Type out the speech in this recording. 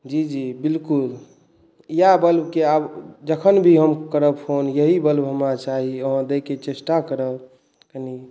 जी जी जी बिलकुल इएह बल्बके आब हम जखन भी हम करब फोन यही बल्ब हमरा चाही ई हमरा दैक चेष्टा करब कनि